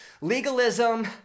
legalism